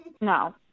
No